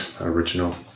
original